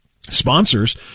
sponsors